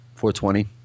420